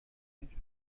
week